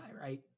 right